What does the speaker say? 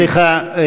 סליחה.